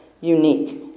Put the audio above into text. unique